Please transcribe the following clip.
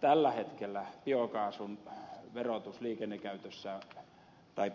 tällä hetkellä liikennekäytössä